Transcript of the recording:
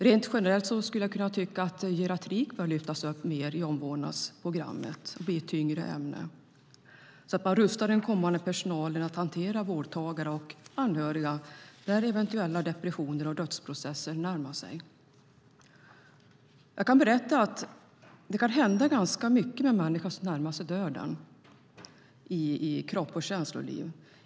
Rent generellt kan jag tycka att geriatrik bör lyftas upp mer i omsorgsprogrammet och bli ett tyngre ämne så att man rustar den kommande personalen att kunna hantera vårdtagare och anhöriga när eventuella depressioner och dödsprocesser närmar sig. Jag kan berätta att det kan hända ganska mycket med en människa som närmar sig döden när det gäller kropp och känsloliv.